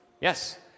Yes